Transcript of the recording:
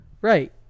right